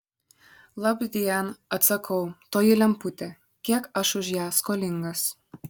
labdien atsakau toji lemputė kiek aš už ją skolingas